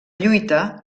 lluita